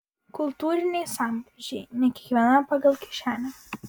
kultūriniai sambrūzdžiai ne kiekvienam pagal kišenę